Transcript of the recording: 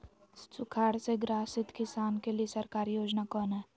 सुखाड़ से ग्रसित किसान के लिए सरकारी योजना कौन हय?